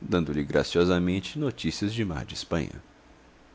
dando-lhe graciosamente notícias de mar de espanha